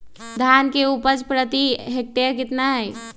धान की उपज प्रति हेक्टेयर कितना है?